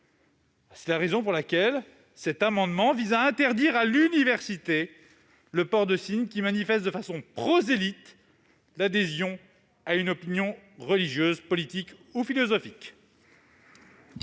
C'est la raison pour laquelle cet amendement vise à interdire à l'université le port de signes qui manifestent de façon prosélyte l'adhésion à une opinion religieuse, politique ou philosophique.